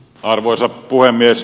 arvoisa puhemies